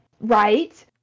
right